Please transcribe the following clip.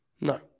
No